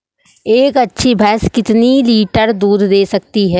एक अच्छी भैंस कितनी लीटर दूध दे सकती है?